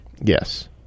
Yes